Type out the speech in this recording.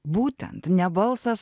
būtent ne balsas